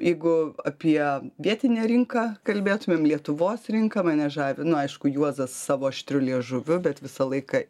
jeigu apie vietinę rinką kalbėtumėm lietuvos rinką mane žavi nu aišku juozas savo aštriu liežuviu bet visą laiką